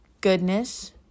goodness